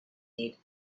need